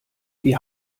wie